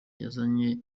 yazanye